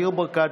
ניר ברקת,